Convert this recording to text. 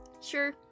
Sure